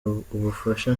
ubufasha